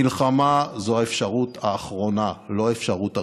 מלחמה זו האפשרות האחרונה, לא האפשרות הראשונה,